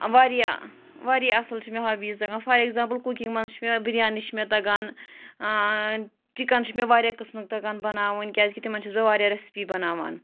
واریاہ واریاہ اَصٕل چھِ مےٚ ہابیٖز تَگان فار اٮ۪کزامپٕل کُکِنٛگ منٛز چھِ مےٚ بِریانی چھِ مےٚ تگان چِکَن چھُ مےٚ واریاہ قٕسمٕکۍ تَگان بَناوٕنۍ کیٛازِکہِ تِمَن چھَس بہٕ واریاہ رٮ۪سپی بَناوان